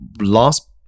Last